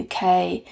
uk